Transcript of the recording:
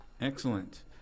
Excellent